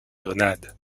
grenade